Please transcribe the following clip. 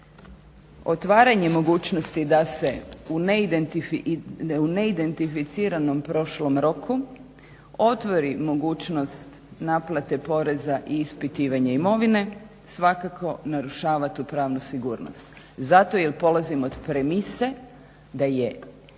Otvaranje mogućnosti da se u neidentificiranom prošlom roku otvori mogućnost naplate poreza i ispitivanje imovine svakako narušava tu pravnu sigurnost. Zato jel polazim od premise da je